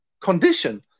condition